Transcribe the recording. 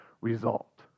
result